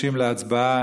להצבעה.